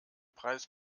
preis